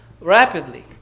rapidly